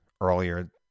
earlier